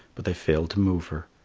but they failed to move her.